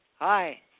Hi